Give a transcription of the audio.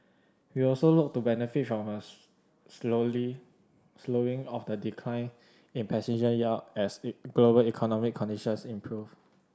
we also look to benefit from a slowly slowing of the decline in passenger yield as global economic conditions improve